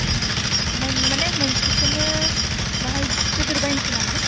उम मोन माने मोनसेखौनो बाहाय गेदेर बायनोसै नामा